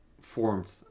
formed